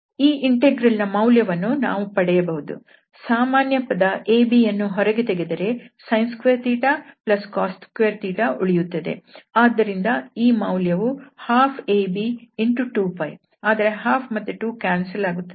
ಈ ಇಂಟೆಗ್ರಲ್ ನ ಮೌಲ್ಯವನ್ನು ನಾವು ಪಡೆಯಬಹುದು ಸಾಮಾನ್ಯ ಪದ abಯನ್ನು ಹೊರಗೆ ತೆಗೆದರೆ sin2θcos2 ಉಳಿಯುತ್ತದೆ ಆದ್ದರಿಂದ ಈ ಮೌಲ್ಯವು 12ab×2π ಆದರೆ 12ಮತ್ತು 2 ಕ್ಯಾನ್ಸಲ್ ಆಗುತ್ತದೆ